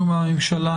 אחרי "הנכנס לישראל"